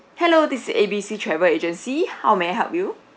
hello this is A B C travel agency how may I help you